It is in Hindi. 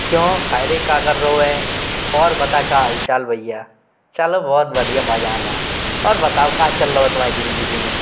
क्यों काय रे का कर रओ है और बता का हाल चाल भइया चलो बहोत बढ़िया मजा मा और बताओ का चल लओ है तुमाय जिंदगी में